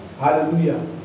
Hallelujah